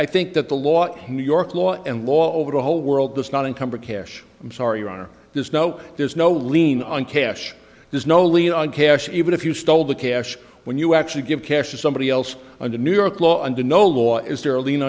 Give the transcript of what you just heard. i think that the lot of new york law and law over the whole world that's not encumber care i'm sorry your honor there's no there's no lien on cash there's no lien on cash even if you stole the cash when you actually give cash to somebody else under new york law under no law is there a l